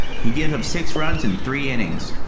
he gave up six runs in three innings,